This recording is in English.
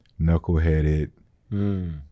knuckleheaded